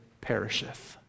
perisheth